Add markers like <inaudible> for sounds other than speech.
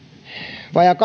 vajaat <unintelligible>